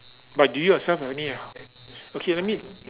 but do you yourself got any ah okay or need